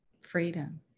freedom